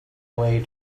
way